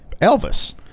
Elvis